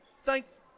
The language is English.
thanks